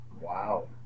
Wow